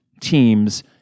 teams